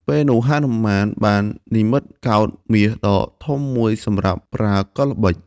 ពេលនោះ ហនុមាន បាននិម្មិតកោដ្ឋមាសដ៏ធំមួយសម្រាប់ប្រើកុលល្បិច។